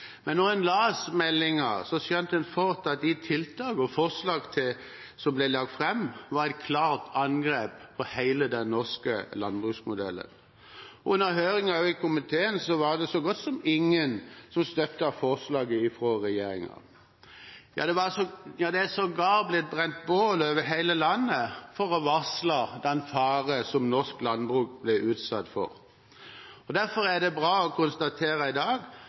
Men når en leste meldingen, skjønte en fort at de tiltakene og forslagene som ble lagt fram, var et klart angrep på hele den norske landbruksmodellen. Under høringen i komiteen var det så godt som ingen som støttet forslaget fra regjeringen. Ja, det er sågar blitt brent bål over hele landet for å varsle om den faren som norsk landbruk ble utsatt for. Derfor er det bra å kunne konstatere i dag